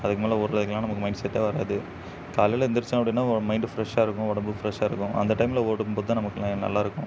அதுக்கு மேலே ஓடுறதுக்குலாம் நமக்கு மைண்ட் செட்டே வராது காலையில எந்திரிச்சேன் அப்படின்னா ஓ மைண்டு ஃப்ரெஷ்ஷாக இருக்கும் உடம்பும் ஃப்ரெஷ்ஷாக இருக்கும் அந்த டைம்ல ஓடும் போது தான் நமக்கெலாம் நல்லா இருக்கும்